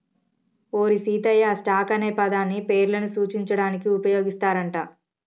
ఓరి సీతయ్య, స్టాక్ అనే పదాన్ని పేర్లను సూచించడానికి ఉపయోగిస్తారు అంట